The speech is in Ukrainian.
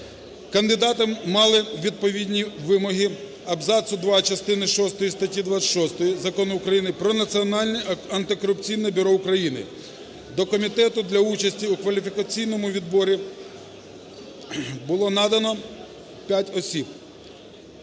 Кандидати мали відповідні вимоги абзацу 2 частини шостої статті 26 Закону України "Про Національне антикорупційне бюро України". До комітету для участі у кваліфікаційному відборі було надано 5 осіб.